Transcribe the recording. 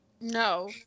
No